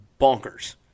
bonkers